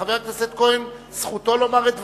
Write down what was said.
חבר הכנסת כהן, זכותו לומר את דבריו.